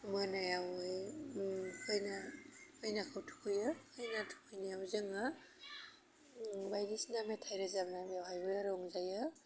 मोनायावयै खैना खैनाखौ थुखैयो खैना थुखैनायाव जोङो बायदिसिना मेथाइ रोजाबनानै बेवहायबो रंजायो